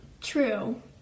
true